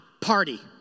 party